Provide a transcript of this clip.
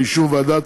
באישור ועדת